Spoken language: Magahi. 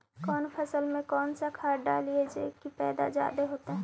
कौन फसल मे कौन सा खाध डलियय जे की पैदा जादे होतय?